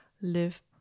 live